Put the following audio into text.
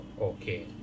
okay